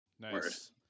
Nice